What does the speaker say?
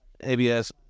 ABS